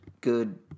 good